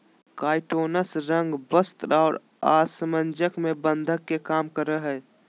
काइटोनस रंग, वस्त्र और आसंजक में बंधक के काम करय हइ